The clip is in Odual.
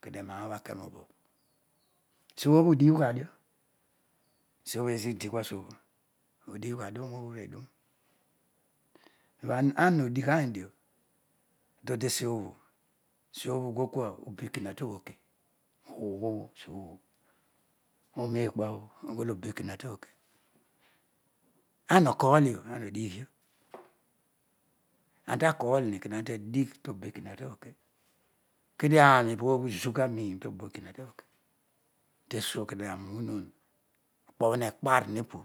kedio eroa obho akeio bool esiobhobho udighahio esio bho bho ezila udikua suosi udighadio ana odigha nidio todiesiobhobho esuobhobho ughol kua obekena toke ughool obekena toke ana okool dio ana odighio anta kom uni kanta digh tobe kena toke kedio aani pobo uzughabion tobe kenatoke tesio kedio aani uru unon okpobho ne kpoi nepu